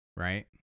Right